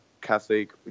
Catholic